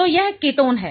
तो यह कीटोन है